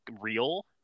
real